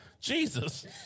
Jesus